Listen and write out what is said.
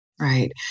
Right